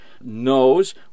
knows